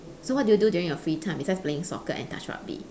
so what do you do during your free time besides playing soccer and touch rugby